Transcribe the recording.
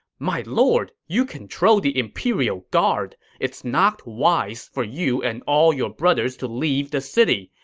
my lord, you control the imperial guard. it's not wise for you and all your brothers to leave the city.